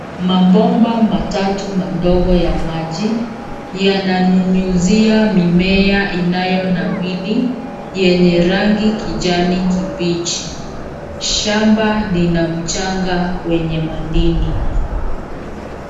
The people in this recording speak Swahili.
Mabomba matatu madogo ya maji yananyunyizia mimea inayonawiri yenye rangi kijani kibichi. Shamba lina mchanga wenye madini.